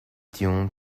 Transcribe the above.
tune